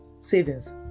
savings